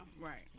right